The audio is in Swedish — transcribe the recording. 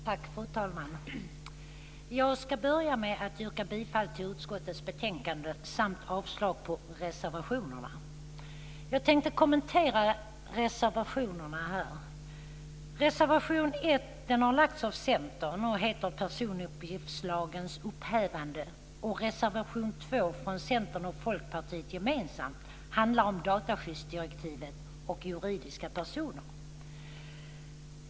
Fru talman! Jag ska börja med att yrka bifall till förslaget i utskottets betänkande och avslag på reservationerna. Jag tänkte kommentera reservationerna. Reservation 1 har lagts fram av Centern och heter Personuppgiftslagens upphävande. Reservation 2 från Centern och Folkpartiet gemensamt handlar om dataskyddsdirektivet och juridiska personer.